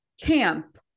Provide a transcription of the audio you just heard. camp